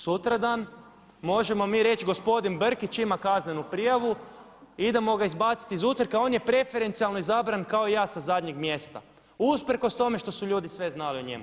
Sutradan možemo mi reći gospodin Brkić ima kaznenu prijavu idemo ga izbaciti iz utrke a on je preferencijalno izabran kao i ja sa zadnjeg mjesta usprkos tome što su ljudi sve znali o njemu.